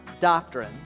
doctrine